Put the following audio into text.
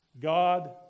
God